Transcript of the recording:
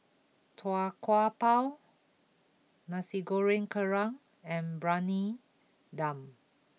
Tau Kwa Pau Nasi Goreng Kerang and Briyani Dum